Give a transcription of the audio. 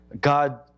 God